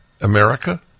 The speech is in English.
America